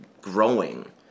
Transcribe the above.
growing